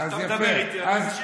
אתה מדבר איתי, אני משיב לך.